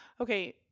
okay